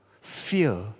Fear